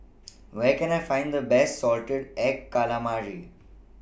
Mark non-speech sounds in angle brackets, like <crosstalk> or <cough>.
<noise> Where Can I Find The Best Salted Egg Calamari